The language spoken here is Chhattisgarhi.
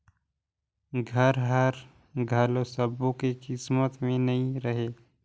घर हर घलो सब्बो के किस्मत में नइ रहें